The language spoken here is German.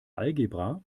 algebra